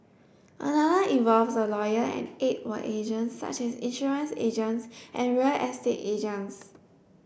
another involves a lawyer and eight were agents such as insurance agents and real estate agents